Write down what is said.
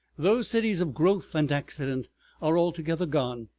those cities of growth and accident are altogether gone,